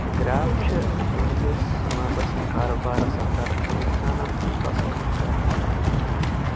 graph چھِ تُہندِس صنعتس تہٕ کارٕبارس انٛدر رُجحانن ہُنٛد تصَوُر کرُن سَہل بناوان